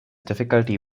difficulty